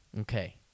Okay